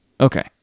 Okay